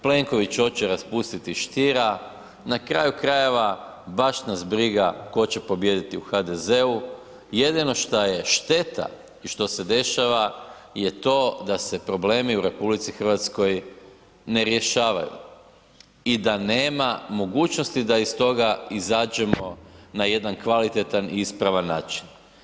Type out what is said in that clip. Plenković hoće raspustiti Stiera, na kraju krajeva, baš nas briga tko će pobijediti u HDZ-u. jedino što je šteta je što se dešava da se problemi u RH ne rješavaju i da nema mogućnosti da iz toga izađemo na jedan kvalitetan i ispravan način.